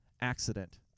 accident